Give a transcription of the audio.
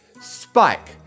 Spike